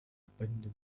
abandoned